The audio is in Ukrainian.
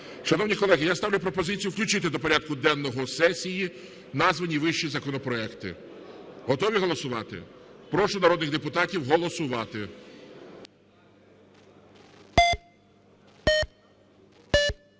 Шановні колеги, я ставлю пропозицію включити до порядку денного сесії названі вище законопроекти. Готові голосувати? Прошу народних депутатів голосувати.